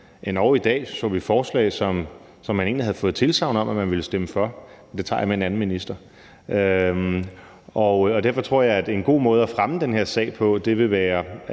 endog i dag så vi forslag, som man egentlig havde fået tilsagn om, at man ville stemme for – men det tager jeg med en anden minister – og derfor tror jeg, at en god måde at fremme den her sag på vil være